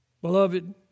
Beloved